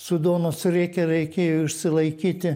su duonos rieke reikėjo išsilaikyti